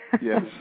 Yes